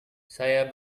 saya